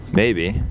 maybe.